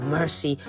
Mercy